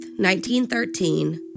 1913